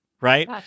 right